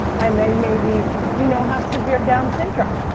and they may be you know, have severe down's syndrome.